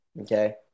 Okay